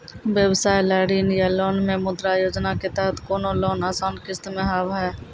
व्यवसाय ला ऋण या लोन मे मुद्रा योजना के तहत कोनो लोन आसान किस्त मे हाव हाय?